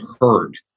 heard